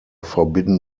forbidden